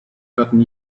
gotten